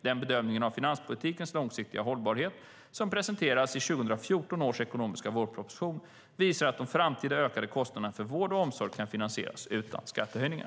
Den bedömning av finanspolitikens långsiktiga hållbarhet som presenteras i 2014 års ekonomiska vårproposition visar att de framtida ökade kostnaderna för vård och omsorg kan finansieras utan skattehöjningar.